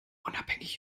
unabhängig